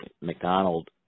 McDonald